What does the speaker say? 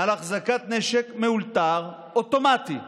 על החזקת נשק מאולתר, אוטומטי,